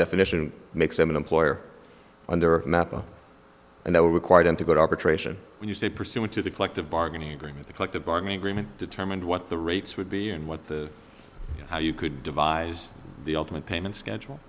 definition makes them an employer on their map and that would require them to go to arbitration when you say pursuant to the collective bargaining agreement the collective bargaining agreement determined what the rates would be and what the how you could devise the ultimate payment schedule